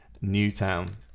Newtown